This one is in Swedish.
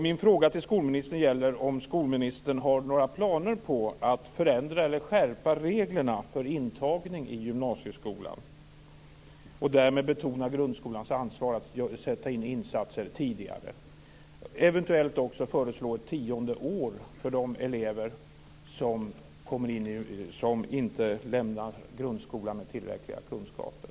Min fråga till skolministern gäller om skolministern har några planer på att förändra eller skärpa reglerna för intagning i gymnasieskolan och därmed betona grundskolans ansvar att göra insatser tidigare, och att eventuellt också föreslå ett tionde år för de elever som inte lämnar grundskolan med tillräckliga kunskaper.